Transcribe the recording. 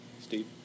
Steve